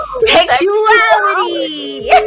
sexuality